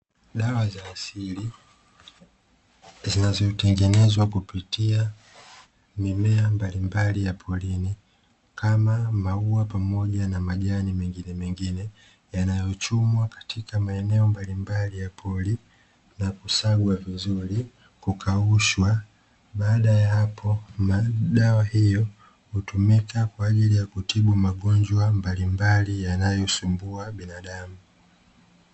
Dawa za asili hutengenezwa kupitia mimea mbalimbali ya porini, kama maua pamoja na majani mengine mengine yanayochumwa katika maeneo mbali mbali ya pori na kusagwa vizuri kukaushwa, baada ya hapo dawa hiyo hutumika kwa ajili ya kutibu magonjwa mbalimbali yanayosumbua binadamu.